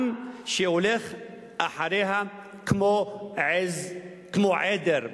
עם שהולך אחריה כמו עז, כמו עדר.